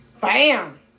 Bam